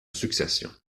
succession